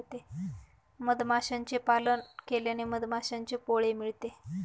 मधमाशांचे पालन केल्याने मधमाशांचे पोळे मिळते